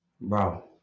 Bro